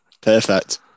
perfect